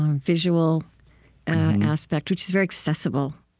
um visual aspect, which is very accessible